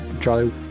Charlie